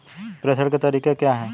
प्रेषण के तरीके क्या हैं?